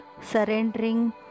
surrendering